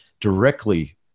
directly